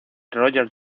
roger